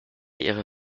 ihrer